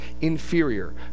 inferior